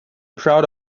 proud